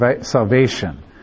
salvation